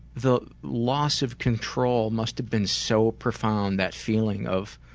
the loss of control must have been so profound, that feeling of